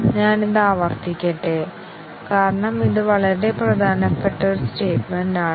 ഞാൻ ഇത് ആവർത്തിക്കട്ടെ കാരണം ഇത് വളരെ പ്രധാനപ്പെട്ട ഒരു സ്റ്റേറ്റ്മെൻറ് ആണ്